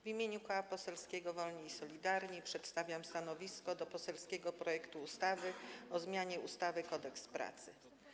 W imieniu Koła Poselskiego Wolni i Solidarni przedstawiam stanowisko wobec poselskiego projektu ustawy o zmianie ustawy Kodeks pracy.